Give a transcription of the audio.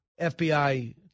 FBI